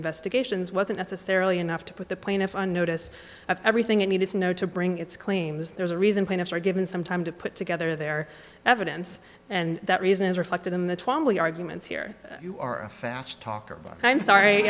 investigations wasn't necessarily enough to put the plaintiff on notice of everything you needed to know to bring its claims there's a reason plaintiffs are given some time to put together their evidence and that reason is reflected in the twamley arguments here you are a fast talker i'm sorry